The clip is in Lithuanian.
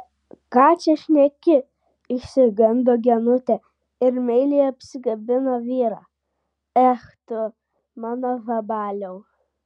ką čia šneki išsigando genutė ir meiliai apsikabino vyrą ech tu mano žabaliau